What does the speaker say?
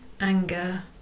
anger